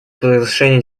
провозглашение